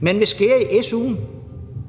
Man vil skære i su'en,